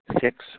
six